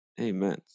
Amen